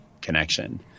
connection